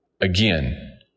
Again